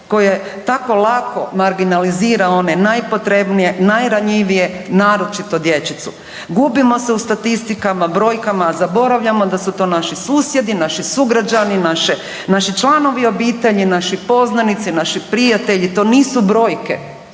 koje tako lako marginalizira one najpotrebnije, najranjivije naročito dječicu? Gubimo se u statistikama, brojkama, a zaboravljamo da su to naši susjedi, naši sugrađani, naši članovi obitelji, naši poznanici, naši prijatelji. To nisu brojke,